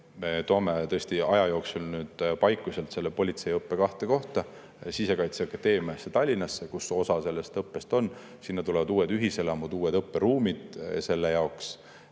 me toome tõesti aja jooksul Paikuselt politseiõppe kahte kohta. Sisekaitseakadeemiasse Tallinnasse, kus osa õppest on, tulevad uued ühiselamud, uued õpperuumid selle jaoks.